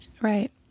Right